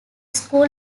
school